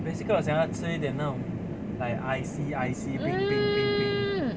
basically 我想要吃一点那种 like icy icy 冰冰冰冰